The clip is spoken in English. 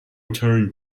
turn